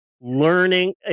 Learning